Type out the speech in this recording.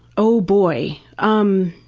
oh boy. um